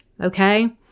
Okay